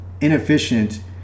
inefficient